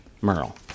Merle